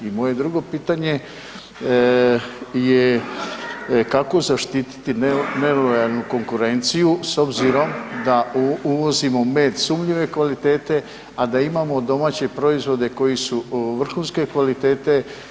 I moje drugo pitanje je kako zaštiti nelojalnu konkurenciju s obzirom da uvozimo med sumnjive kvalitete, a da imamo domaće proizvode koji su vrhunske kvalitete?